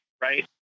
right